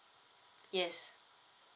yes